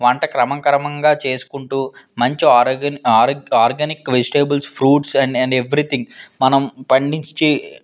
వంట క్రమం క్రమంగా చేసుకుంటు మంచి ఆరోగ్య ఆర్గా organic vegetables fruits and everything మనం పండించి